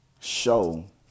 show